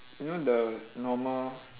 you know the normal